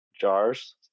jars